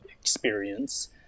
experience